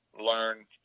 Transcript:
learn